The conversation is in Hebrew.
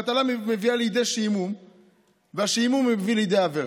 הבטלה מביאה לידי שעמום והשעמום מביא לידי עבירה.